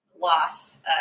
loss